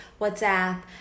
whatsapp